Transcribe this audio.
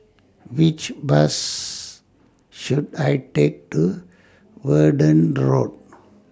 Which Bus should I Take to Verdun Road